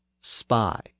spy